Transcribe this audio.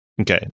Okay